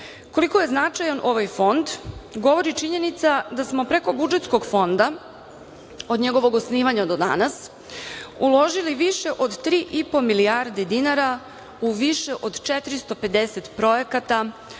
fonda. Koliko je značajan ovaj fond govori činjenica da smo preko budžetskog fonda od njegovog osnivanja do danas uložili više od 3,5 milijardi dinara u više od 450 projekata